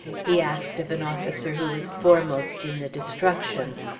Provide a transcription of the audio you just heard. he asked of an officer who was foremost in the destruction.